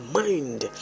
mind